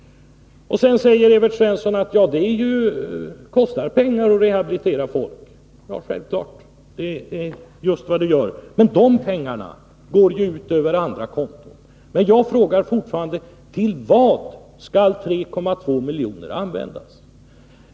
Evert Svensson säger också att det kostar pengar att rehabilitera folk. Självklart, det är just vad det gör. Men de pengarna går ut över andra konton. Jag frågar fortfarande: Till vad skall dessa 3,2 milj.kr. användas?